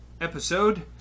episode